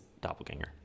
doppelganger